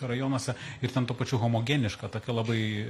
rajonuose ir ten tuo pačiu homogeniška tokia labai